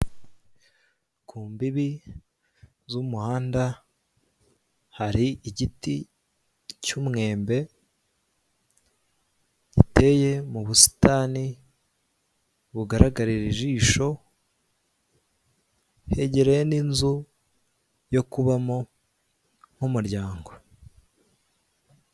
Ku mbibi z'umuhanda hari igiti cy'umwembe giteye mu busitani bugaragarira ijisho hegereye n'inzu yo kubamo nk'umuryango.